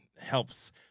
helps